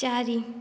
ଚାରି